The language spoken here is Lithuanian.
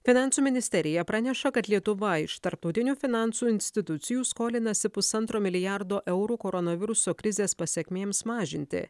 finansų ministerija praneša kad lietuva iš tarptautinių finansų institucijų skolinasi pusantro milijardo eurų koronaviruso krizės pasekmėms mažinti